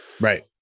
Right